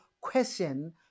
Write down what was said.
question